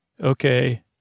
Okay